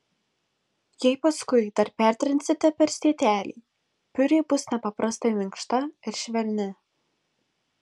jei paskui dar pertrinsite per sietelį piurė bus nepaprastai minkšta ir švelni